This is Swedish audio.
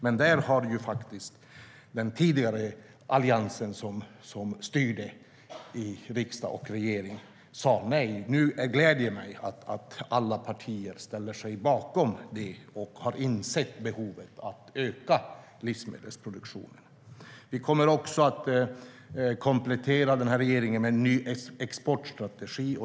Men där har Alliansen som tidigare styrde i riksdag och regering sa nej. Nu gläder jag mig åt att alla partier ställer sig bakom detta och har insett behovet av att öka livsmedelsproduktionen. Vi kommer också att komplettera med en ny exportstrategi.